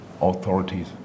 authorities